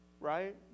right